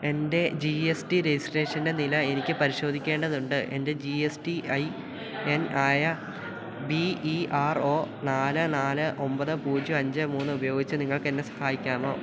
എൻ്റെ G S T രജിസ്ട്രേഷൻ്റെ നില എനിക്ക് പരിശോധിക്കേണ്ടതുണ്ട് എൻ്റെ G S T I N ആയ ബി ഇ ആർ ഒ നാല് നാല് ഒൻപത് പൂജ്യം അഞ്ച് മൂന്ന് ഉപയോഗിച്ച് നിങ്ങൾക്കെന്നെ സഹായിക്കാമോ